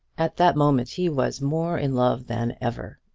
at that moment he was more in love than ever.